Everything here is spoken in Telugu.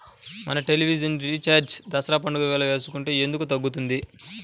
మన టెలివిజన్ రీఛార్జి దసరా పండగ వేళ వేసుకుంటే ఎందుకు తగ్గుతుంది?